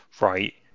right